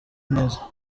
neza